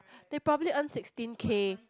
they probably earn sixteen K